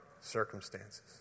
circumstances